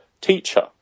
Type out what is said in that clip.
teacher